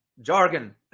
jargon